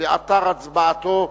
לאתר הצבעתו.